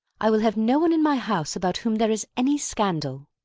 i will have no one in my house about whom there is any scandal.